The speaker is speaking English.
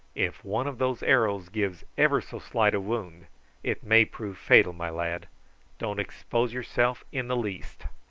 if one of those arrows gives ever so slight a wound it may prove fatal, my lad don't expose yourself in the least.